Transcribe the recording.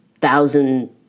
thousand